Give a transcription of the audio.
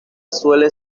suele